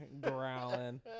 growling